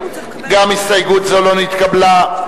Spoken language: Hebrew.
גם הסתייגות זו לא נתקבלה.